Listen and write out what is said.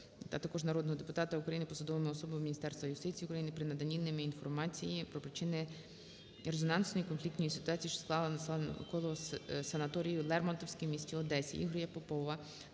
а також народного депутата України, посадовими особами Міністерства юстиції України при наданні ними інформації про причини резонансної конфліктної ситуації, що склалася навколо санаторію "Лермонтовський" в місті Одесі. Ігоря Попова